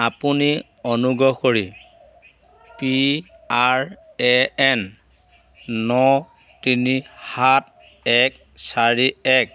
আপুনি অনুগ্ৰহ কৰি পি আৰ এ এন ন তিনি সাত এক চাৰি এক